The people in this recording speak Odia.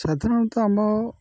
ସାଧାରଣତଃ ଆମ